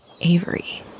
Avery